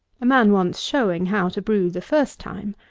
a man wants showing how to brew the first time.